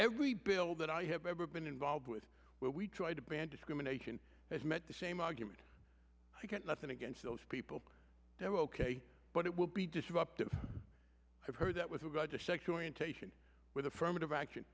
every bill that i have ever been involved with where we tried to ban discrimination has met the same argument i get nothing against those people they're ok but it will be disruptive i've heard that was about to sexual orientation with affirmative action